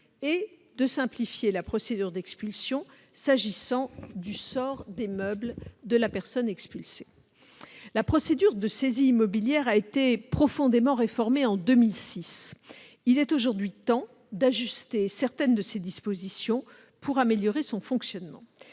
de simplifier la procédure d'expulsion s'agissant du sort des meubles de la personne expulsée. La procédure de saisie immobilière a été profondément réformée en 2006. Il est aujourd'hui temps d'ajuster certaines de ses dispositions pour améliorer son fonctionnement.